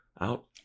out